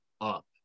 up